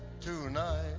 tonight